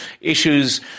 issues